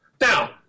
Now